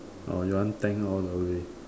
or you want thank all the way